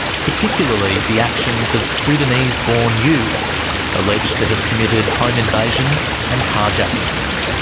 particularly the actions of sudanese-born youths alleged to have committed home invasions and car-jackings.